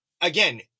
again